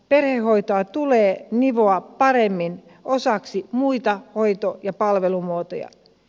perhehoitoa tulee nivoa paremmin osaksi muita hoito ja palvelumuotoja